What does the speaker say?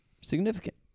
significant